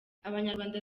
abanyarwanda